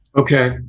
Okay